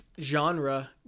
genre